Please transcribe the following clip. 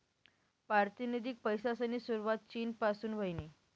पारतिनिधिक पैसासनी सुरवात चीन पासून व्हयनी